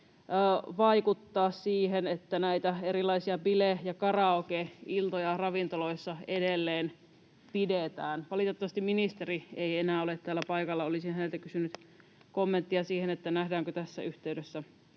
vaikuttaa siihen, pidetäänkö näitä erilaisia bile- ja karaokeiltoja ravintoloissa edelleen? Valitettavasti ministeri ei enää ole täällä paikalla. Olisin häneltä kysynyt kommenttia siihen, nähdäänkö tässä yhteydessä